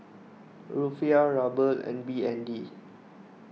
Rufiyaa Ruble and B N D